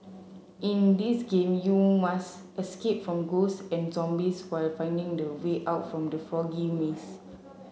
in this game you must escape from ghosts and zombies while finding the way out from the foggy maze